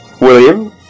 William